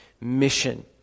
mission